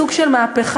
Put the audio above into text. זה סוג של מהפכה,